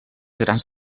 grans